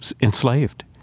enslaved